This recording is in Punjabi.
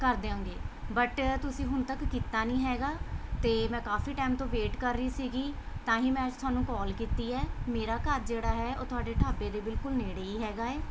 ਕਰ ਦਿਆਂਗੇ ਬਟ ਤੁਸੀਂ ਹੁਣ ਤੱਕ ਕੀਤਾ ਨਹੀਂ ਹੈਗਾ ਅਤੇ ਮੈਂ ਕਾਫੀ ਟਾਈਮ ਤੋਂ ਵੇਟ ਕਰ ਰਹੀ ਸੀਗੀ ਤਾਂ ਹੀ ਮੈਂ ਅੱਜ ਤੁਹਾਨੂੰ ਕੋਲ ਕੀਤੀ ਹੈ ਮੇਰਾ ਘਰ ਜਿਹੜਾ ਹੈ ਉਹ ਤੁਹਾਡੇ ਢਾਬੇ ਦੇ ਬਿਲਕੁਲ ਨੇੜੇ ਹੀ ਹੈਗਾ ਏ